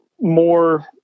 more